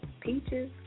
Peaches